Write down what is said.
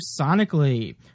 sonically